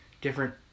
different